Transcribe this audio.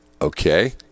Okay